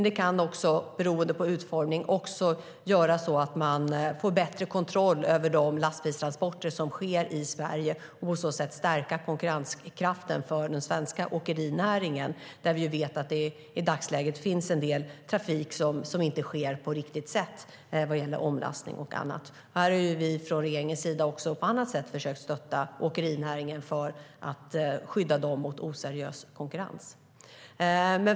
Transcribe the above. Det kan också, beroende på utformning, göra så att man får bättre kontroll över de lastbilstransporter som sker i Sverige och på så sätt stärka konkurrenskraften för den svenska åkerinäringen. Vi vet ju att det i dagsläget finns en del trafik som inte sker på riktigt sätt när det gäller omlastning och annat. Vi har från regeringens sida också på annat sätt försökt stötta åkerinäringen för att skydda den mot oseriös konkurrens.